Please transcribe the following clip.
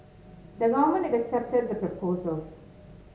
the Government had accepted the proposals